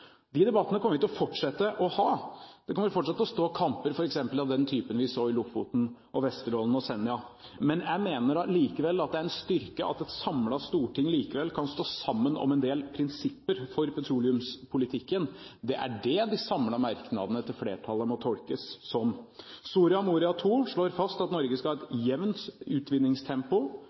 De debattene kommer vi til å fortsette å ha. Det kommer fortsatt til å stå kamper f.eks. av den typen vi så i Lofoten, Vesterålen og Senja. Jeg mener det er en styrke at et samlet storting likevel kan stå sammen om en del prinsipper for petroleumspolitikken. Det er det de samlede merknadene til flertallet må tolkes som. Soria Moria II slår fast at Norge skal ha et